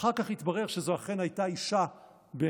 אחר כך התברר שזו אכן הייתה באמת אישה בהיריון,